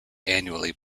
annually